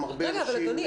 אדוני,